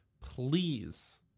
Please